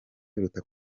biruta